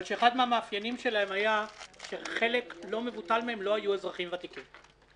אבל שאחד המאפיינים שלהן היה שחלק לא מבוטל מהם לא היו אזרחים ותיקים.